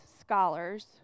scholars